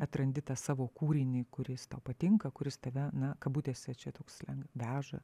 atrandi tą savo kūrinį kuris tau patinka kuris tave na kabutėse čia toks slengas veža